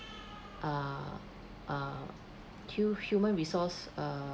err err hu~ human resource uh